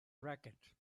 racket